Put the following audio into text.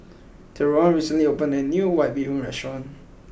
Theron recently opened a New White Bee Hoon Restaurant